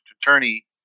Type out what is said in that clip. attorney